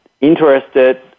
interested